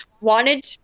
wanted